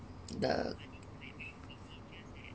the